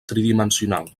tridimensional